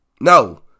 No